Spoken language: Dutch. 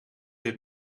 dit